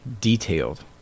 detailed